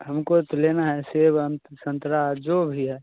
हमको तो लेना है सेब संतरा जो भी है